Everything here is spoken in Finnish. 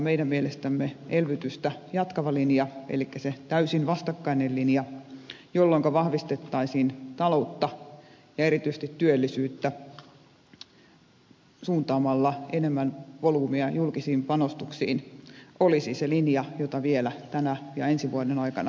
meidän mielestämme elvytystä jatkava linja elikkä se täysin vastakkainen linja jolloinka vahvistettaisiin taloutta ja erityisesti työllisyyttä suuntaamalla enemmän volyymiä julkisiin panostuksiin olisi se linja jota vielä tämän ja ensi vuoden aikana olisi noudatettava